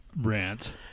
rant